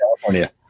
California